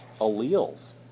alleles